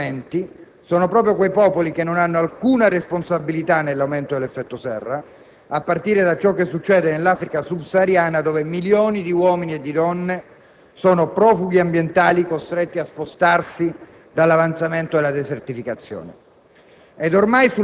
di tali mutamenti sono quei popoli che non hanno alcuna responsabilità nell'aumento dell'effetto serra, a partire da ciò che succede nell'Africa sub-sahariana dove milioni di uomini e donne sono profughi ambientali costretti a spostarsi dall'avanzamento della desertificazione.